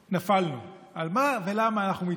נפלנו, על מה ולמה אנחנו מתפזרים.